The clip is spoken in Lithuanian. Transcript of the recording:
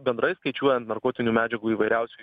bendrai skaičiuojant narkotinių medžiagų įvairiausių